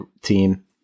team